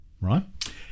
right